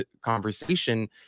conversation